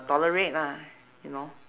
tolerate lah you know